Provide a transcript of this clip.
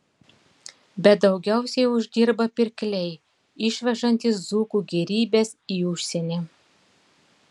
bet daugiausiai uždirba pirkliai išvežantys dzūkų gėrybes į užsienį